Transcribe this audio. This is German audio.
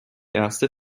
erste